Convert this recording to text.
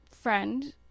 friend